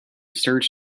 search